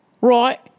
Right